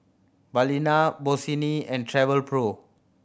Balina Bossini and Travelpro